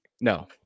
No